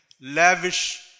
lavish